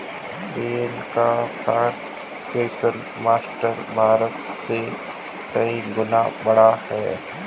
चीन का forex market Bharat से कई गुना बड़ा है